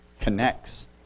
connects